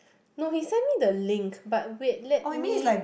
no he send me the link but wait let me